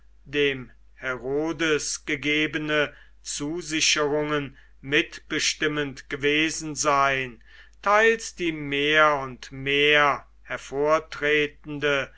dem herodes gegebene zusicherungen mitbestimmend gewesen sein teils die mehr und mehr hervortretende